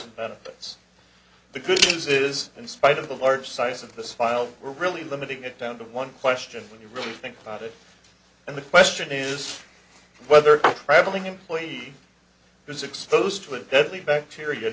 benefits the good news is in spite of the large size of this file we're really limiting it down to one question when you really think about it and the question is whether traveling employee was exposed to a deadly bacteria